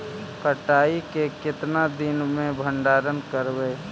कटाई के कितना दिन मे भंडारन करबय?